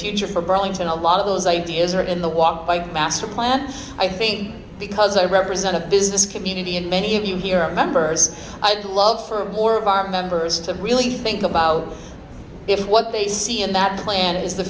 future for burlington a lot of those ideas are in the walk by master plan i think because i represent a business community and many of you here are members i'd love for more of our members to really think about it what they see in that plan is the